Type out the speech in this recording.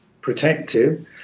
protective